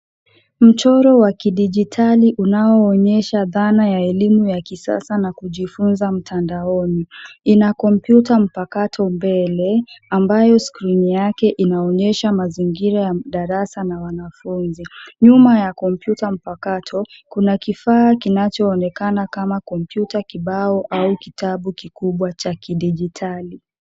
Mchoro wa kidijitali unaoonyesha dhana ya elimu ya kisasa na kujifunza mtandaoni. Ina kompyuta mpakato mbele, ambayo skrini yake inaonyesha mazingira ya darasa na wanafunzi. Nyuma ya kompyuta mpakato, kuna kifaa kinachoonekana kama kompyuta kibao au kitabu kikubwa cha kidijitali.